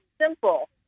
simple